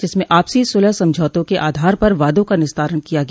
जिसमें आपसी सुलह समझौतों के आधार पर वादों का निस्तारण किया गया